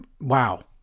wow